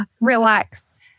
Relax